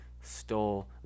stole